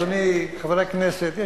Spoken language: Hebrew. אדוני חבר הכנסת,